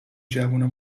جوونا